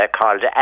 called